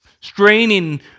Straining